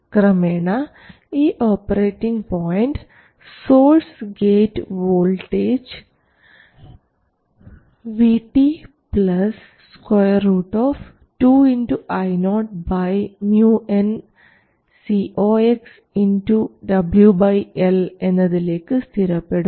ക്രമേണ ഈ operating point source gate voltage VT 2 2Io µnCoxWL എന്നതിലേക്ക് സ്ഥിരപ്പെടും